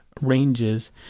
ranges